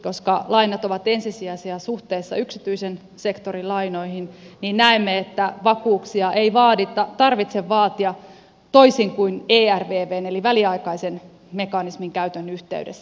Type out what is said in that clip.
koska lainat ovat ensisijaisia suhteessa yksityisen sektorin lainoihin niin näemme että vakuuksia ei tarvitse vaatia toisin kuin ervvn eli väliaikaisen mekanismin käytön yhteydessä